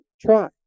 try